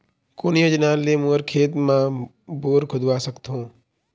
कोन योजना ले मोर खेत मा बोर खुदवा सकथों?